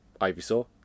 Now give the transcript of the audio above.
Ivysaur